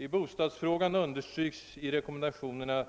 I bostadsfrågan understryks i rekom mendationen